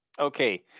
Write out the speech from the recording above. Okay